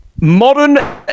Modern